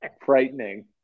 Frightening